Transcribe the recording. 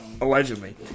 Allegedly